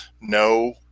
no